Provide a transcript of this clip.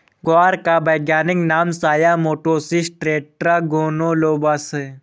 ग्वार का वैज्ञानिक नाम साया मोटिसस टेट्रागोनोलोबस है